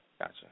Gotcha